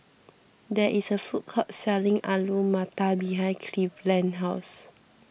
there is a food court selling Alu Matar behind Cleveland's house